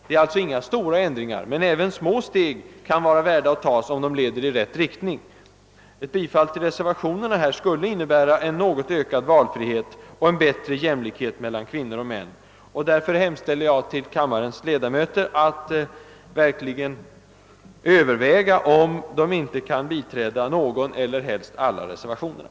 Det är alltså inga stora ändringar, men även små steg kan vara värda att ta, om de leder i rätt riktning. Ett bifall till reservationerna skulle innebära en något ökad valfrihet och en större jämlikhet mellan kvinnor och män. Därför hemställer jag till kammarens ledamöter att verkligen överväga, om de inte kan biträda någon eller helst alla reservationerna.